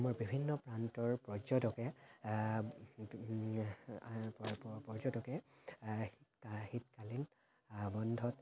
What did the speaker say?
অসমৰ বিভিন্ন প্ৰান্তৰ পৰ্যটকে পৰ্যটকে শীতকালীন বন্ধত